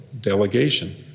delegation